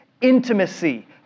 intimacy